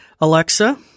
Alexa